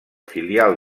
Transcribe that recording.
filial